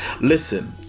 Listen